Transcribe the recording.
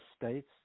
states